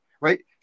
right